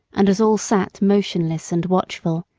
and as all sat motionless and watchful,